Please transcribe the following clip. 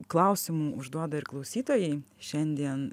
klausimų užduoda ir klausytojai šiandien